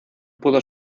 pudo